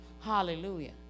Hallelujah